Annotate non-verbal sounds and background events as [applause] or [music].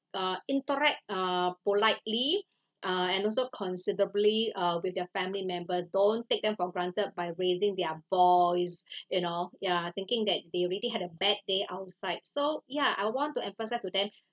uh interact uh politely uh and also considerably uh with their family members don't take them for granted by raising their voice [breath] you know ya thinking that they already had a bad day outside so ya I want to emphasise to them